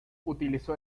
utilizó